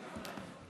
וכו'.